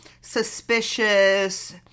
suspicious